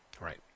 Right